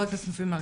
ח"כ מופיד מרעי.